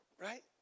Right